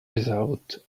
without